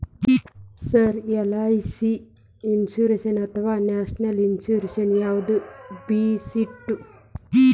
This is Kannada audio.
ಸರ್ ಎಲ್.ಐ.ಸಿ ಇನ್ಶೂರೆನ್ಸ್ ಅಥವಾ ನ್ಯಾಷನಲ್ ಇನ್ಶೂರೆನ್ಸ್ ಯಾವುದು ಬೆಸ್ಟ್ರಿ?